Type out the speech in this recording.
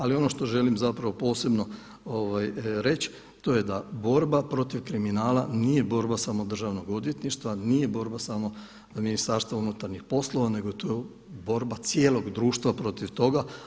Ali on što želim zapravo posebno reći to je da borba protiv kriminala nije borba samo Državnog odvjetništva, nije borba samo Ministarstva unutarnjih poslova nego je to borba cijelog društva protiv toga.